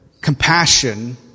compassion